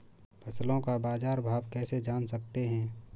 फसलों का बाज़ार भाव कैसे जान सकते हैं?